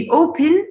open